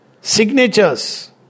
Signatures